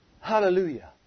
Hallelujah